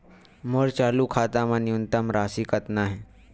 मोर चालू खाता मा न्यूनतम राशि कतना हे?